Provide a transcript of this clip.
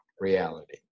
Reality